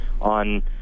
on